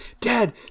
Dad